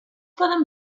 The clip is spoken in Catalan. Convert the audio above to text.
poden